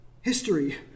history